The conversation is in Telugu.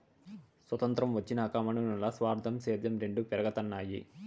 సొతంత్రం వచ్చినాక మనునుల్ల స్వార్థం, సేద్యం రెండు పెరగతన్నాయి